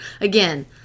Again